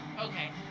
Okay